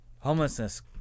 homelessness